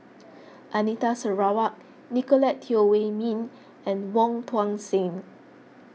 Anita Sarawak Nicolette Teo Wei Min and Wong Tuang Seng